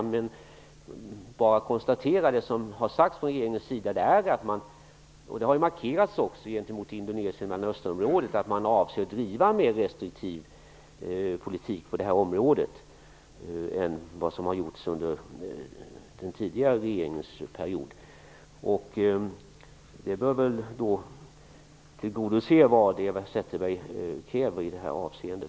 Från regeringens sida har det sagts, vilket också har markerats gentemot Indonesien och Mellanösternområdet, att man avser att driva en mer restriktiv politik på det här området än den tidigare regeringen gjorde. Det bör väl tillgodose Eva Zetterbergs krav i detta avseende.